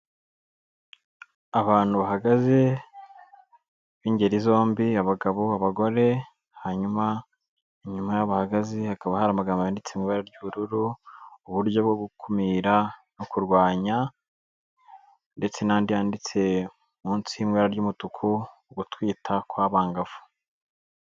Abantu bahagaze b'ingeri zombi abagabo, abagore, hanyuma inyuma y'aho bahagaze hakaba hari amagambo yanditse mu ibara ry'ubururu, uburyo bwo gukumira no kurwanya ndetse n'andi yanditse munsi y'ibara ry'umutuku, ugutwita kw'abangavu.